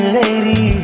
lady